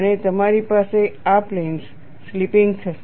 અને તમારી પાસે આ પ્લેન્સ સ્લિપિંગ થશે